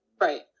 Right